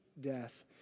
death